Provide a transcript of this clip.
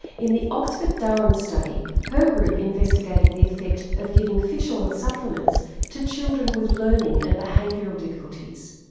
in the oxford durham study her group investigated the effect of giving fish oil supplements to children with learning and behavioural difficulties.